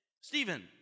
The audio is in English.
Stephen